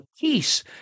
peace